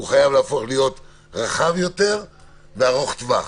הוא חייב להפוך להיות רחב יותר וארוך טווח,